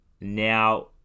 now